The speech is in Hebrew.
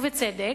ובצדק,